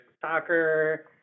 soccer